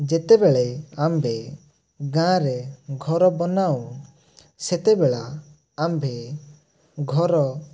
ଯେତେବେଳେ ଆମ୍ଭେ ଗାଁରେ ଘର ବନାଉ ସେତେବେଳା ଆମ୍ଭେ ଘର